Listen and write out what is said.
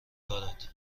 دارد